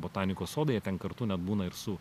botanikos sodai jie ten kartu net būna ir su